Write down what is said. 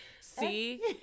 See